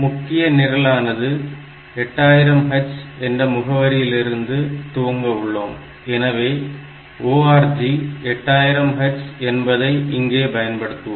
முக்கிய நிரலானது 8000H என்ற முகவரியிலிருந்து துவங்க உள்ளோம் எனவே ORG 8000 H என்பதை இங்கே பயன்படுத்துவோம்